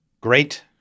great